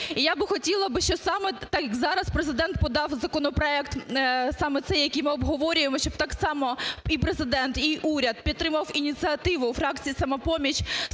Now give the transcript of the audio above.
я би хотіла би, щоб саме зараз Президент подав законопроект саме цей, який ми обговорюємо, щоб так само і Президент, і уряд підтримав ініціативу фракції "Самопоміч"